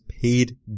paid